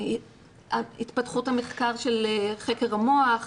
התפתחות המחקר של חקר המוח,